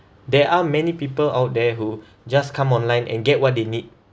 there are many people out there who just come online and get what they need